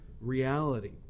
reality